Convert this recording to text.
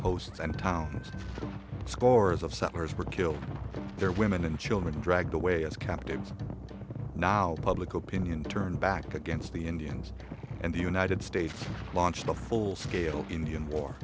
outposts and towns scores of settlers were killed and their women and children dragged away as captives now public opinion turned back against the indians and the united states launched a full scale indian war